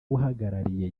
uhagarariye